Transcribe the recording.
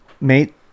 mate